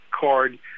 card